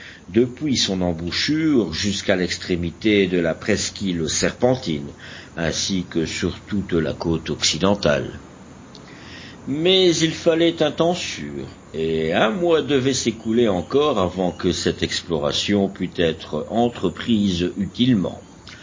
depuis son embouchure jusqu'à l'extrémité de la presqu'île serpentine ainsi que sur toute la côte occidentale mais il fallait un temps sûr et un mois devait s'écouler encore avant que cette exploration pût être entreprise utilement